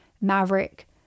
maverick